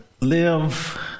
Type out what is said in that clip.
live